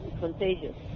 contagious